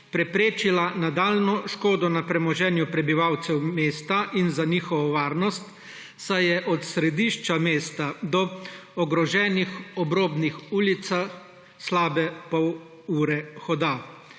preprečila nadaljnjo škodo na premoženju prebivalcev mesta in storila nekaj za njihovo varnost, saj je od središča mesta do ogroženih obrobnih ulic slabe pol ure hoda?